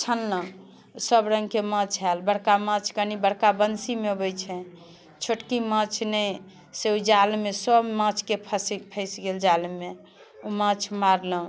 छानलहुँ सबरङ्गके माछ आएल बड़का माछ कनि बड़का बन्सीमे अबै छै छोटकी माछ ने से ओहि जालमे सब माछके फसे फसि गेल जालमे ओ माछ मारलहुँ